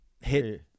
hit